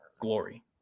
glory